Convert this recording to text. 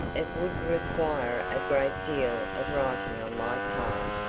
it would require a great deal of writing on my part,